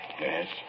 yes